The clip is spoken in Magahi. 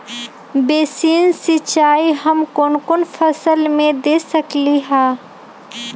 बेसिन सिंचाई हम कौन कौन फसल में दे सकली हां?